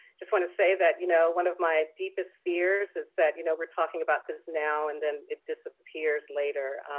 just want to say that, you know, one of my deepest fears is that you know we're talking about this now and then it disappears later.